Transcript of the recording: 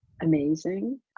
amazing